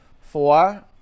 Four